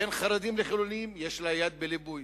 בין חרדים לחילונים יש לה יד בליבוי.